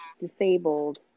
disabled